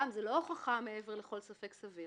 זאת לא הוכחה מעבר לכל ספק סביר.